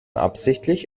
absichtlich